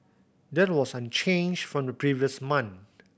that was unchanged from the previous month